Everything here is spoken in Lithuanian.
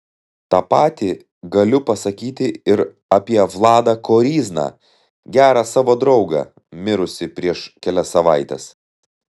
tą patį galiu pasakyti ir apie vladą koryzną gerą savo draugą mirusį prieš kelias savaites